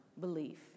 belief